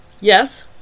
Yes